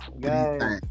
guys